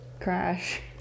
crash